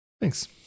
thanks